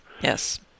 Yes